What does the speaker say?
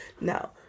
Now